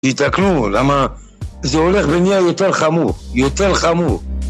ייתקנו למה? זה הולך ונהיה יותר חמור, יותר חמור.